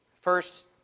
First